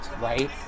right